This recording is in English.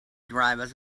drivers